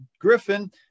Griffin